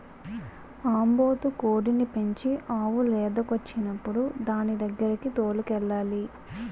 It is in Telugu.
ఆంబోతు కోడిని పెంచి ఆవు లేదకొచ్చినప్పుడు దానిదగ్గరకి తోలుకెళ్లాలి